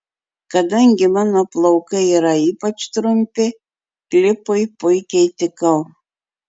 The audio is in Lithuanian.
kadangi mano plaukai yra ypač trumpi klipui puikiai tikau